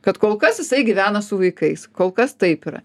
kad kol kas jisai gyvena su vaikais kol kas taip yra